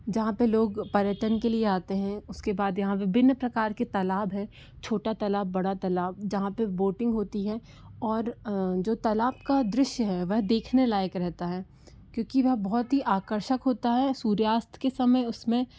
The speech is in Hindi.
जहाँ पर लोग पर्यटन के लिए आते हैं उसके बाद यहाँ पर भिन्न प्रकार के तलाब हैं छोटा तलाब बड़ा तलाब जहाँ पर बोटिंग होती है और जो तलाब का दृश्य है वह देखने लायक़ रहता है क्योंकि वह बहुत ही आकर्षक होता है सूर्यास्त के समय उसमें